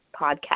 podcast